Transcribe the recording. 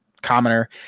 commoner